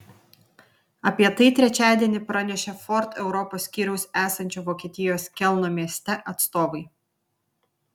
apie tai trečiadienį pranešė ford europos skyriaus esančio vokietijos kelno mieste atstovai